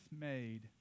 made